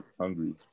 hungry